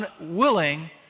unwilling